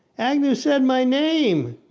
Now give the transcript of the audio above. agnew said my name!